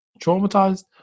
traumatized